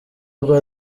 guha